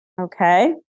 okay